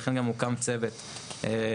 ולכן גם הוקם צוות ממשלתי,